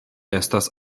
estas